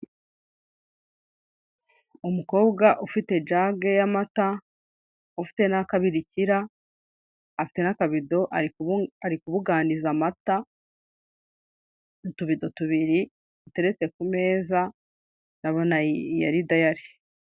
Umukobwa ufite jage y'amata, ufite n'akabirikira, afite n'akabido ari kubuganiza amata, utubido tubiri duteretse ku meza ndabona ari dayali.